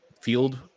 field